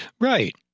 Right